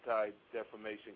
Anti-Defamation